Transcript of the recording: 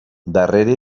darrere